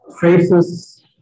faces